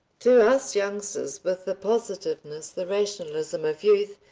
to us youngsters with the positiveness, the rationalism of youth,